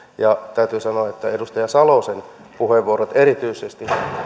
ja täytyy sanoa että edustaja salosen puheenvuorot erityisesti